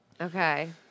Okay